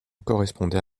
correspondait